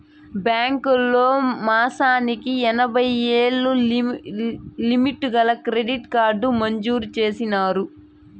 బాంకీలోల్లు మాసానికి ఎనభైయ్యేలు లిమిటు గల క్రెడిట్ కార్డు మంజూరు చేసినారు